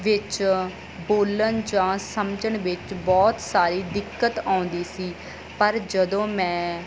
ਵਿੱਚ ਬੋਲਣ ਜਾਂ ਸਮਝਣ ਵਿੱਚ ਬਹੁਤ ਸਾਰੀ ਦਿੱਕਤ ਆਉਂਦੀ ਸੀ ਪਰ ਜਦੋਂ ਮੈਂ